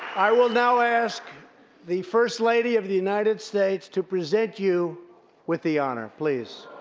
i will now ask the first lady of the united states to present you with the honor. please.